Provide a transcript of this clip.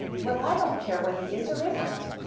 well, i don't care what he is or isn't,